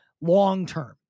long-term